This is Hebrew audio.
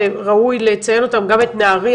לצערנו משרד האוצר,